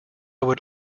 would